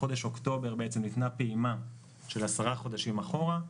בחודש אוקטובר ניתנה פעימה של עשרה חודשים אחורה,